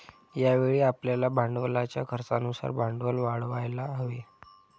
यावेळी आपल्याला भांडवलाच्या खर्चानुसार भांडवल वाढवायला हवे